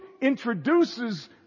introduces